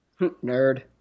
Nerd